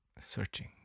searching